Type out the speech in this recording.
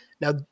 Now